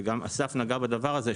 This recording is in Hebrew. וגם אסף נגע בדבר הזה,